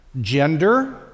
gender